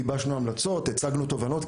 גיבשנו המלצות והצגנו תובנות,